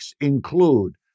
include